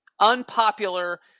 unpopular